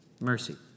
mercy